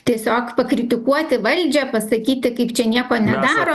tiesiog pakritikuoti valdžią pasakyti kaip čia nieko nedaro